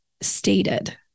stated